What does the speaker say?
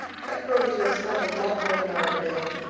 that girl deserves help a lot more than i ever did.